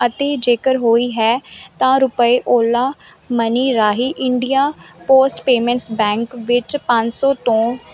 ਅਤੇ ਜੇਕਰ ਹੋਈ ਹੈ ਤਾਂ ਰੁਪਏ ਓਲਾ ਮਨੀ ਰਾਹੀਂ ਇੰਡੀਆ ਪੋਸਟ ਪੇਮੈਂਟਸ ਬੈਂਕ ਵਿੱਚ ਪੰਜ ਸੌ ਤੋਂ